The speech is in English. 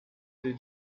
did